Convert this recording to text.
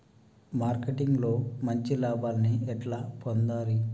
Marketing లో మంచి లాభాల్ని ఎట్లా పొందాలి?